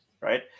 Right